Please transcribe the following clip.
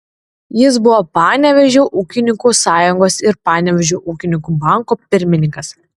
jis buvo panevėžio ūkininkų sąjungos ir panevėžio ūkininkų banko pirmininkas